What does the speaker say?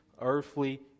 earthly